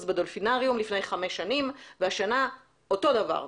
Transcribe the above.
בדולפינריום לפני חמש שנים והשנה אותו דבר.